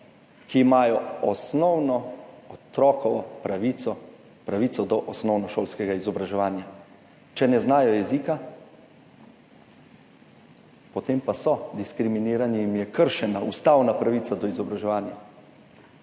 ki imajo osnovno otrokovo pravico, pravico do osnovnošolskega izobraževanja. Če ne znajo jezika, potem pa so diskriminirani, jim je kršena ustavna pravica do izobraževanja.